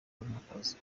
nk’akazi